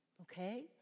Okay